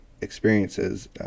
experiences